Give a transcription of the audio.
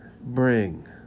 bring